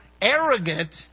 arrogant